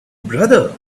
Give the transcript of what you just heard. brother